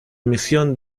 misión